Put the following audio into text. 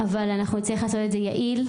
אבל אנחנו נצטרך לעשות את זה יעיל,